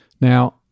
Now